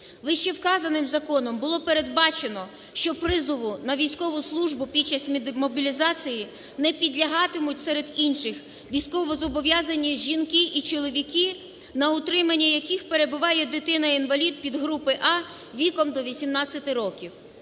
Вищевказаним законом було передбачено, що призову на військову службу під час мобілізації не підлягатимуть серед інших військовозобов'язані жінки і чоловіки, на утриманні яких перебуває дитина-інвалід підгрупи "А" віком до 18 років.